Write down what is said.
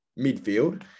midfield